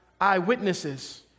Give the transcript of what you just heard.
eyewitnesses